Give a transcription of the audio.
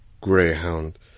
Greyhound